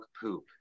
poop